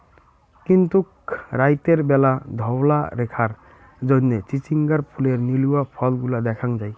কিন্তুক রাইতের ব্যালা ধওলা রেখার জইন্যে চিচিঙ্গার ফুলের নীলুয়া ফলগুলা দ্যাখ্যাং যাই